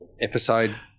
episode